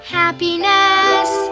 happiness